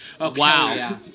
Wow